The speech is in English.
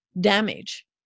damage